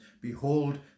behold